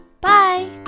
Bye